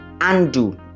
undo